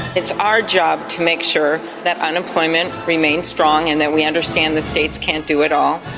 it's our job to make sure that unemployment remains strong and that we understand the states can't do it all.